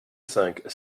cinq